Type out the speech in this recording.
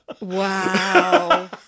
Wow